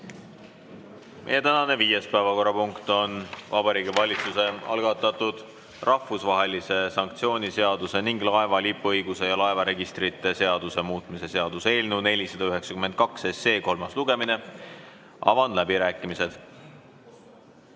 Meie tänane viies päevakorrapunkt on Vabariigi Valitsuse algatatud rahvusvahelise sanktsiooni seaduse ning laeva lipuõiguse ja laevaregistrite seaduse muutmise seaduse eelnõu 492 kolmas lugemine. Avan läbirääkimised.